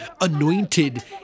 anointed